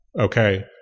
Okay